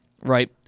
Right